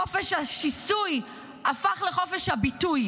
חופש השיסוי הפך לחופש הביטוי.